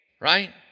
Right